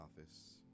office